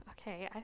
okay